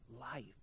life